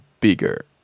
bigger